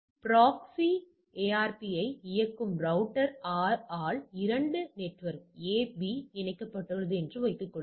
proxy ARP ஐ இயக்கும் router R ஆல் இரண்டு நெட்வொர்க் A B இணைக்கப்பட்டுள்ளது என்று வைத்துக் கொள்ளுங்கள்